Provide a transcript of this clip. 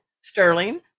Sterling